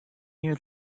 near